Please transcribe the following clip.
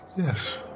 Yes